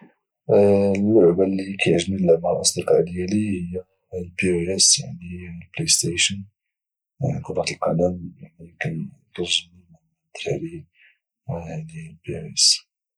اللعبه اللي كايعجبني اللعب مع الاصدقاء ديالي هي البي او اس بلايستيشن كره القدم يعني كتعجبني كايعجبني اللعب مع الدراري يعني بي او اس